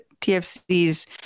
TFC's